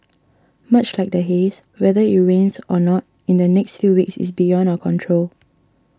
much like the haze whether it rains or not in the next few weeks is beyond our control